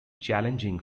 challenging